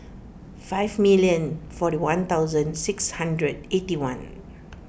five million forty one thousand six hundred eighty one